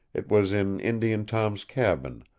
it was in indian tom's cabin,